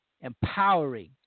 empowering